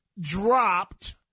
dropped